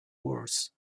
wars